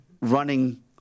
running